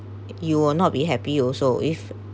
you will not be happy also if